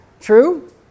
true